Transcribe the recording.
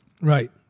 Right